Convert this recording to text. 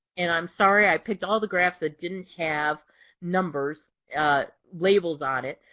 and i'm sorry i picked all the graphs that didn't have numbers labeled on it.